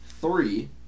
three